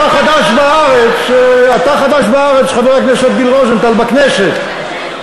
אתה חדש בארץ, חבר הכנסת מיקי רוזנטל, בכנסת.